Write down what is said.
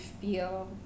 feel